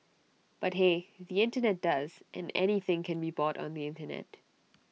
but hey the Internet does and anything can be bought on the Internet